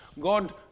God